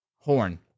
Horn